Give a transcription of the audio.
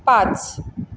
पाच